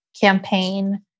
campaign